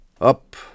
up